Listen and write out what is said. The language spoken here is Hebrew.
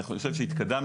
אני חושב שהתקדמנו,